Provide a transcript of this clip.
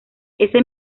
ese